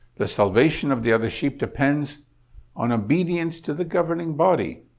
the salvation of the other sheep depends on obedience to the governing body.